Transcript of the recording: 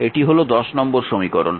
এটি হল নম্বর সমীকরণ